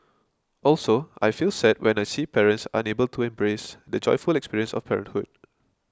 also I feel sad when I see parents unable to embrace the joyful experience of parenthood